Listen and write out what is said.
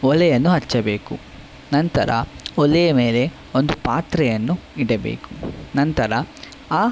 ಒಲೆಯನ್ನು ಹಚ್ಚಬೇಕು ನಂತರ ಒಲೆಯ ಮೇಲೆ ಒಂದು ಪಾತ್ರೆಯನ್ನು ಇಡಬೇಕು ನಂತರ ಆ